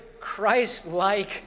Christ-like